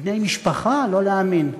בני-משפחה, לא להאמין.